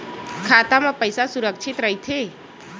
खाता मा पईसा सुरक्षित राइथे?